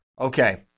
Okay